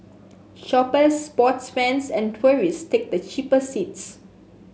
shoppers sports fans and tourists take the cheaper seats